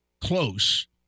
close